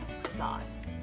sauce